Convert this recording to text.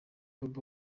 bobi